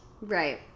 Right